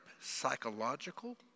psychological